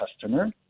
customer